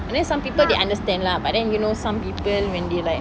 and then some people they understand lah but then you know some people when they like